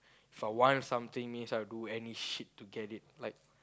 If I want something is I'll do any shit to get it like